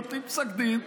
נותנים פסק דין.